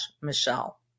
Michelle